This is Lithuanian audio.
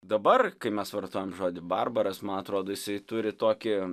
dabar kai mes vartojam žodį barbaras man atrodo jisai turi tokį